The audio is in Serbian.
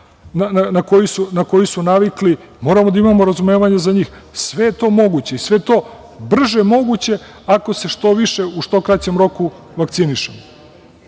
na koji su navikli, moramo da imamo razumevanja za njih, sve je to moguće i sve je to brže moguće ako se što više u što kraćem roku vakcinišemo. Apelujem